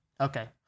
Okay